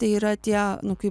tai yra tie nu kaip